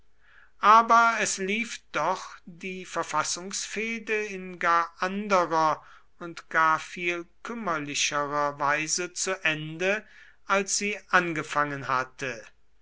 aber es lief doch die verfassungsfehde in gar anderer und gar viel kümmerlicherer weise zu ende als sie angefangen hatte